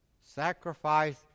Sacrifice